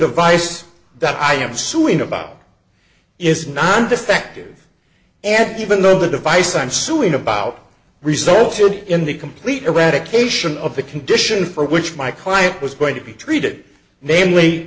device that i am suing about is non defective and even though the device i'm suing about resulted in the complete eradication of the condition for which my client was going to be treated